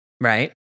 right